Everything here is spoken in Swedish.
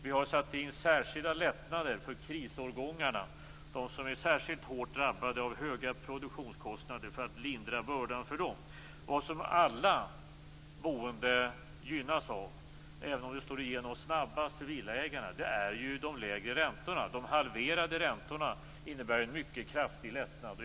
Vi har satt in särskilda lättnader för krisårgångarna, de som är särskilt hårt drabbade av höga produktionskostnader, för att lindra bördan för dem. Vad som alla beoende gynnas av, även om det slår igenom snabbast för villaägarna, är de lägre räntorna. De halverade räntorna innebär en mycket kraftig lättnad.